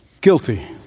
guilty